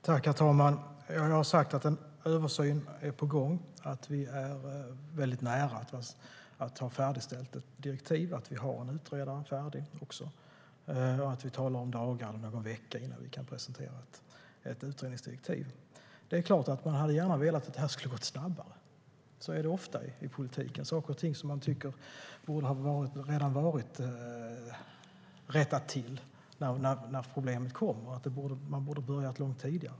Herr talman! Jag har sagt att en översyn är på gång. Vi är väldigt nära att ha färdigställt ett direktiv och att ha en utredare utsedd. Vi talar om dagar eller någon vecka innan vi kan presentera ett utredningsdirektiv. Det är klart att man gärna hade velat att det skulle ha gått snabbare, och så är det ofta i polititiken. Man tycker att saker och ting borde ha rättats till innan problemen kommer, att man borde ha börjat långt tidigare.